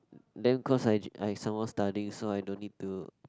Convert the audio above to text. then cause I I some more study so I don't need to